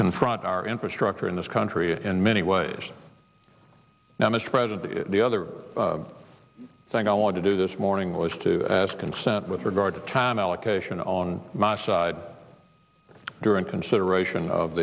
confront our infrastructure this country in many ways now mr president the other thing i wanted to do this morning was to ask consent with regard to time allocation on my side during consideration of